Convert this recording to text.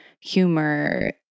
humor